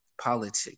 politics